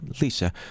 Lisa